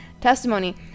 testimony